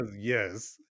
Yes